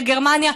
לגרמניה,